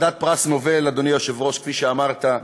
אדוני היושב-ראש, כפי שאמרת,